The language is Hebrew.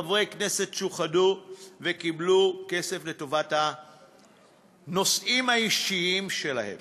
חברי כנסת שוחדו וקיבלו כסף לטובת הנושאים האישיים שלהם.